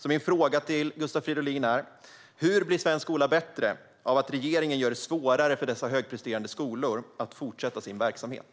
Min fråga till Gustav Fridolin är därför: Hur blir svensk skola bättre av att regeringen gör det svårare för dessa högpresterande skolor att fortsätta sin verksamhet?